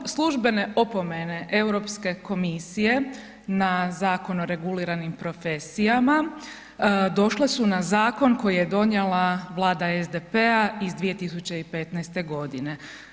Službom, službene opomene Europske komisije na Zakon o reguliranim profesijama došle su na Zakon koji je donijela Vlada SDP-a iz 2015.-te godine.